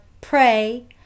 pray